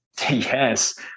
yes